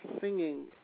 singing